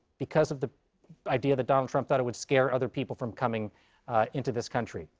because of the idea that donald trump thought it would scare other people from coming into this country.